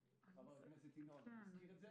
חבר הכנסת ינון אזולאי הזכיר את זה